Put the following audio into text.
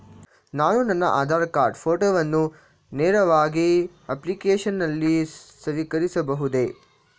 ನಾನು ನನ್ನ ಆಧಾರ್ ಕಾರ್ಡ್ ಫೋಟೋವನ್ನು ನೇರವಾಗಿ ಅಪ್ಲಿಕೇಶನ್ ನಲ್ಲಿ ನವೀಕರಿಸಬಹುದೇ?